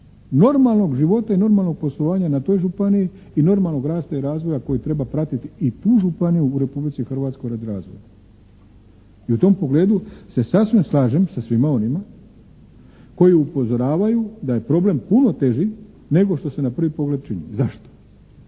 normalnog života i normalnog poslovanja na toj županiji i normalnog rasta i razvoja koji treba pratiti i tu županiji u Republici Hrvatskoj radi razvoja. I u tom pogledu se sasvim slažem sa svima onima koji upozoravaju da je problem puno teži nego što se na prvi pogled čini. Zašto?